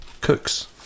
Cooks